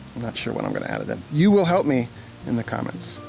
not sure when i'm gonna add it in. you will help me in the comments.